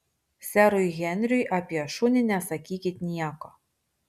serui henriui apie šunį nesakykit nieko